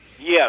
Yes